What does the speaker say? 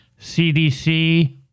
CDC